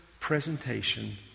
presentation